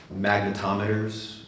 magnetometers